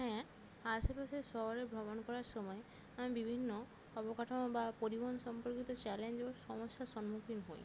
হ্যাঁ আশেপাশের শহরে ভ্রমণ করার সময় আমি বিভিন্ন কর্মকাঠামো বা পরিবহন সম্পর্কিত চ্যালেঞ্জ ও সমস্যার সন্মুখীন হই